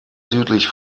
südlich